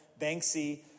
Banksy